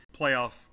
playoff